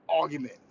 argument